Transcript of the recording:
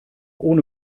ohne